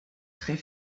très